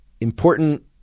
important